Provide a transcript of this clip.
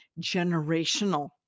generational